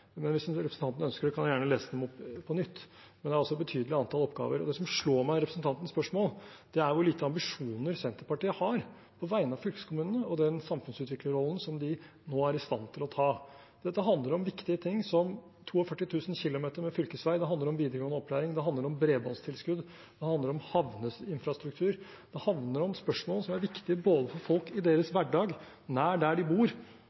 Hvis representanten ønsker det, kan jeg gjerne lese dem opp på nytt, men det er et betydelig antall oppgaver. Det som slår meg i representantens spørsmål, er hvor lite ambisjoner Senterpartiet har på vegne av fylkeskommunene og den samfunnsutviklerrollen som de nå er i stand til å ta. Dette handler om viktige ting som 42 000 km med fylkesvei. Det handler om videregående opplæring. Det handler om bredbåndstilskudd. Det handler om havneinfrastruktur. Det handler om spørsmål som er viktige for folk i deres hverdag, nær der de bor,